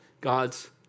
God's